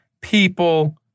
people